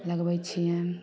लगबय छियनि